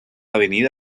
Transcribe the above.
avenida